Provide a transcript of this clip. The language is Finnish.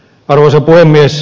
arvoisa puhemies